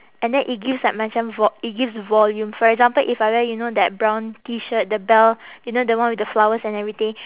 and then it gives like macam vo~ it gives volume for example if I wear you know that brown T shirt the bell you know the one with the flowers and everything